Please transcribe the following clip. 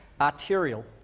arterial